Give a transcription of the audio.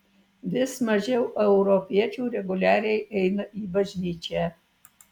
vis mažiau europiečių reguliariai eina į bažnyčią